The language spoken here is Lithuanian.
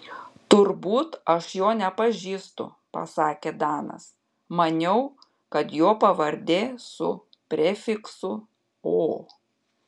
turbūt aš jo nepažįstu pasakė danas maniau kad jo pavardė su prefiksu o